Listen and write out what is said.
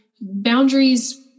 boundaries